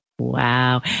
Wow